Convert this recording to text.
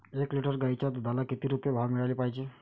एक लिटर गाईच्या दुधाला किती रुपये भाव मिळायले पाहिजे?